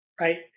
right